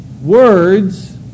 words